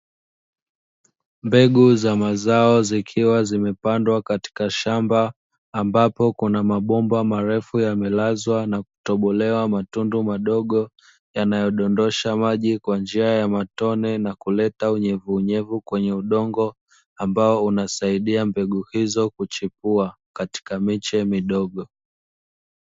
Mbegu za mazao zikiwa zimepandwa katika shamba ambapo kuna mabomba marefu yamelazwa na kutobolewa matundu madogo, yanayodondosha maji kwa njia ya matone na kuleta unyevuunyevu kwenye udongo, ambao unasaidia mbegu hizo kuchipua katika miche midogo.